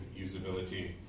usability